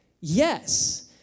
Yes